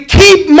keep